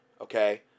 okay